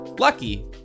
Lucky